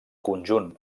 conjunt